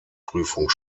prüfung